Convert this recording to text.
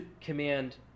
command